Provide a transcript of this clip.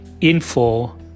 info